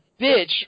bitch